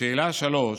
לשאלה 3: